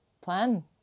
plan